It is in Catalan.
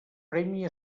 premi